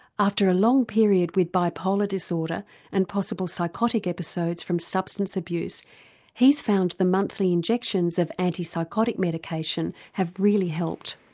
after a long period with bipolar disorder and possible psychotic episodes from substance abuse he's found the monthly injections of antipsychotic medication have really helped.